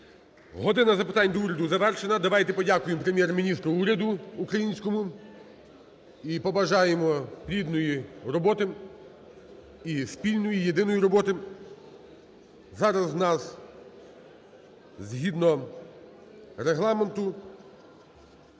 "Година запитань до Уряду" завершена. Давайте подякуємо Прем’єр-міністру, уряду українському і побажаємо плідної роботи і спільної, єдиної роботи. Зараз у нас згідно Регламенту